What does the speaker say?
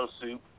soup